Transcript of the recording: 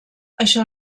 això